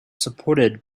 supported